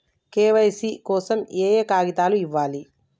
KYC కోసం ఏయే కాగితాలు ఇవ్వాలి?